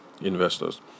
investors